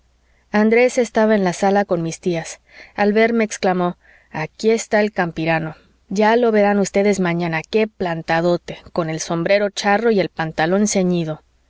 andrés estaba en la sala con mis tías al verme exclamó aquí está el campirano ya lo verán ustedes mañana qué plantadote con el sombrero charro y el pantalón ceñido